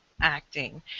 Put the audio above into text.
acting